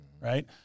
right